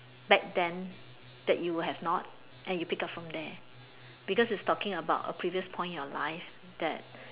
back then that you will have not and you pick up from there because it's talking about a previous point in your life that